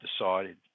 decided